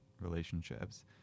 relationships